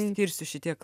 skirsiu šitiek